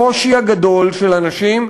לקושי הגדול של אנשים,